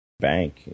Bank